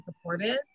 supportive